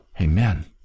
Amen